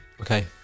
Okay